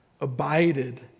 abided